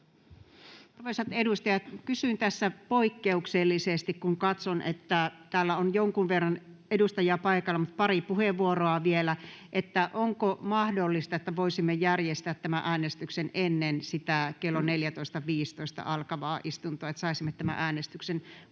kysyn tässä poikkeuksellisesti — kun katson, että täällä on jonkun verran edustajia paikalla, mutta pari puheenvuoroa vielä — onko mahdollista, että voisimme järjestää tämän äänestyksen ennen sitä kello 14.15 alkavaa istuntoa, että saisimme tämän äänestyksen hoidettua.